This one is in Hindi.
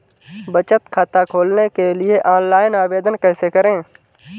बचत खाता खोलने के लिए ऑनलाइन आवेदन कैसे करें?